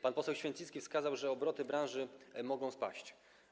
Pan poseł Święcicki wskazał, że obroty branży mogą spaść.